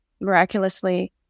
miraculously